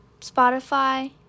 Spotify